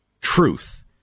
truth